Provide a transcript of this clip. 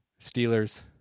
Steelers